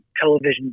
television